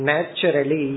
Naturally